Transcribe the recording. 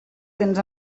tens